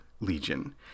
Legion